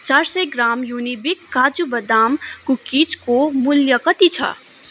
चार सय ग्राम युनिबिक काजु बदाम कुकिजको मूल्य कति छ